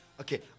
Okay